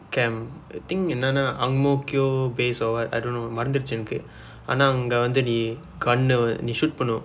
camp I think என்னன்னா:ennanaa ang mo kio base or what I don't know மறந்துவிட்டது எனக்கு ஆனா அங்க வந்து நீ:marandthuvitdathu ennakku aana angka vandthu nii gun நீ:nii shoot பன்னவேண்டும்:pannaveendum